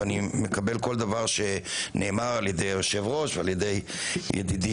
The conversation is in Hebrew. ואני מקבל כל דבר שנאמר על-ידי היושב-ראש ועל-ידי ידידי,